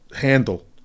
handle